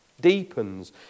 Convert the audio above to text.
deepens